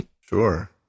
Sure